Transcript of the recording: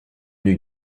eût